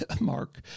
Mark